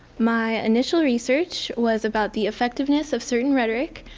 my initial research was about the effectiveness of certain rhetoric,